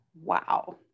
Wow